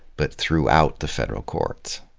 but throughout the federal courts.